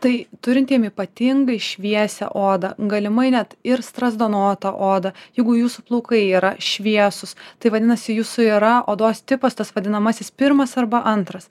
tai turintiem ypatingai šviesią odą galimai net ir strazdanotą odą jeigu jūsų plaukai yra šviesūs tai vadinasi jūsų yra odos tipas tas vadinamasis pirmas arba antras